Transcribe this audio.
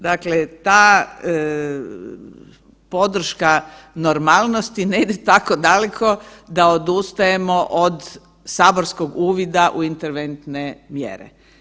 Dakle, ta podrška normalnosti ne ide tako daleko da odustajemo od saborskog uvida u interventne mjere.